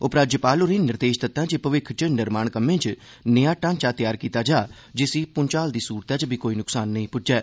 उपराज्यपाल होरें निर्देश दित्ता जे भविक्ख च निर्माण कम्में च नेहा ढांचा तैआर कीता जा जिसी भूंचाल दी सूरतै च बी कोई नसकान नेई पुज्जै